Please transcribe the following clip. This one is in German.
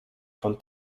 von